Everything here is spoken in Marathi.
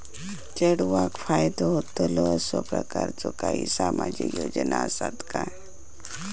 चेडवाक फायदो होतलो असो प्रकारचा काही सामाजिक योजना असात काय?